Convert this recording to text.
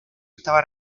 estaba